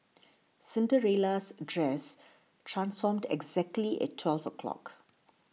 Cinderella's dress transformed exactly at twelve o' clock